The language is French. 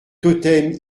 totem